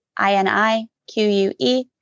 I-N-I-Q-U-E